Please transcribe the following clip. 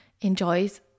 enjoys